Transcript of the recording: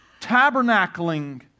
tabernacling